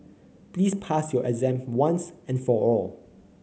please pass your exam once and for all